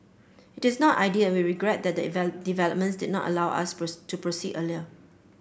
it is not ideal we regret that the developments did not allow us burst to proceed earlier